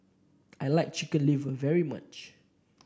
I like Chicken Liver very much